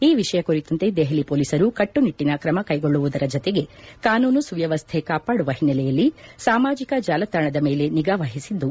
ಈ ವಿಷಯ ಕುರಿತಂತೆ ದೆಹಲಿ ಪೊಲೀಸರು ಕಟ್ಟುನಿಟ್ಟಿನ ತ್ರಮ ಕೈಗೊಳ್ಳುವುದರ ಜತೆಗೆ ಕಾನೂನು ಸುವ್ಯವಸ್ಥೆ ಕಾಪಾಡುವ ಹಿನ್ನೆಲೆಯಲ್ಲಿ ಸಾಮಾಜಕ ಜಾಲತಾಣದ ಮೇಲೆ ನಿಗಾ ವಹಿಸಿದ್ದು